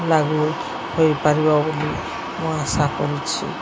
ଲାଗୁ ହୋଇପାରିବ ବୋଲି ମୁଁ ଆଶା କରୁଛି